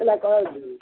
ହେଲା କ'ଣ